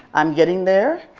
i'm getting there.